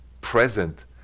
present